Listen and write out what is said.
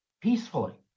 peacefully